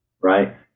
right